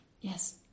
Yes